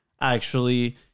actually-